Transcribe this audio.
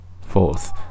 Fourth